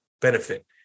benefit